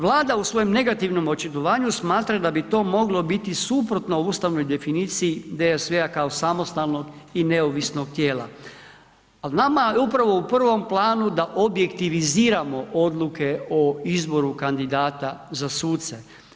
Vlada u svom negativnom očitovanju smatra da bi to moglo biti suprotno ustavnoj definiciji DSV-a kao samostalnog i neovisnog tijela, ali nama je upravo u prvom planu da objektiviziramo odluke o izboru kandidata za suce.